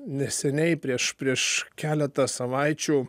neseniai prieš prieš keletą savaičių